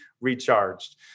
recharged